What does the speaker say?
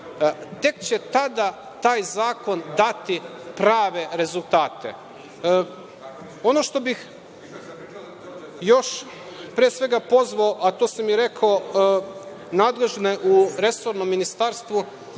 tek će tada taj zakon dati prave rezultate. Ono što bih još, pre svega, pozvao, a to sam i rekao, nadležne u resornom Ministarstvu